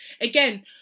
again